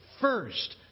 First